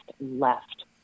left